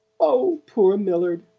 oh, poor millard!